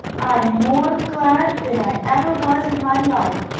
i'm more glad than i ever was in my life!